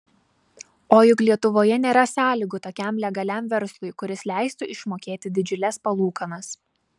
o juk lietuvoje nėra sąlygų tokiam legaliam verslui kuris leistų išmokėti didžiules palūkanas